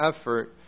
effort